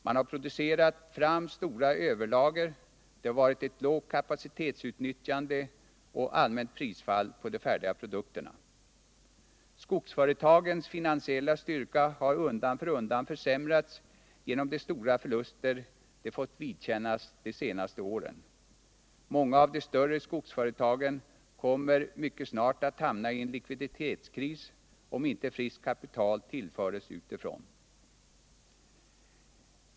Man har producerat fram stora överlager, och det har varit ett lågt kapacitetsutnyttjande och allmänt prisfall på de färdiga produkterna. Skogs företagens finansiella styrka har undan för undan försämrats genom de stora förluster de fått vidkännas de senaste åren. Många av de större skogsföretagen kommer mycket snart att hamna i en likviditetskris, om inte friskt kapital tillförs utifrån.